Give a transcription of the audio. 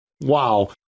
wow